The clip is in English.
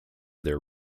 their